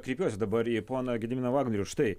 kreipiuosi dabar į poną gediminą vagnorių štai